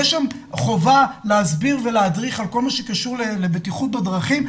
יש שם חובה להסביר ולהדריך על כל מה שקשור לבטיחות בדרכים.